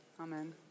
Amen